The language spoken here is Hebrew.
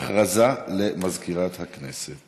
הודעה למזכירת הכנסת.